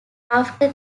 after